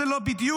זה לא בדיוק.